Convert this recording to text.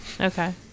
okay